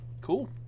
cool